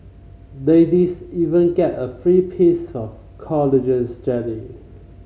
ladies even get a free piece of collagen jelly